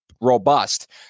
robust